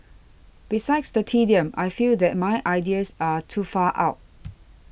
besides the tedium I feel that my ideas are too far out